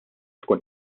tkun